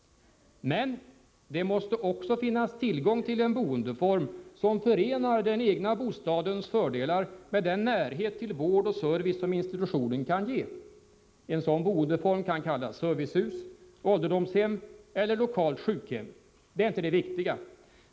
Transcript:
Men — det måste också finnas tillgång till en boendeform som förenar den egna bostadens fördelar med den närhet till vård och service som institutionen kan ge. En sådan boendeform kan kallas servicehus, ålderdomshem eller lokalt sjukhem. Namnet är inte det viktiga.